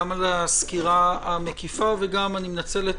גם על הסקירה המקיפה וגם אני מנצל את